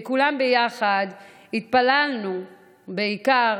וכולנו ביחד התפללנו בעיקר